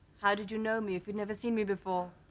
how did you know me if you've never seen me before?